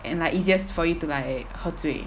and like easiest for you to like 喝醉